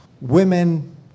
Women